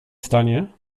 stanie